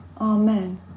Amen